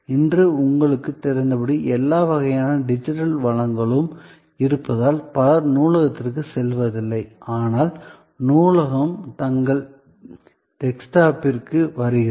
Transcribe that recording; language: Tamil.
இன்று உங்களுக்குத் தெரிந்தபடி எல்லா வகையான டிஜிட்டல் வளங்களும் இருப்பதால் பலர் நூலகத்திற்குச் செல்வதில்லை ஆனால் நூலகம் தங்கள் டெஸ்க்டாப்பிற்கு வருகிறது